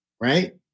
right